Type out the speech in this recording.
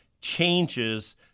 changes